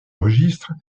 registre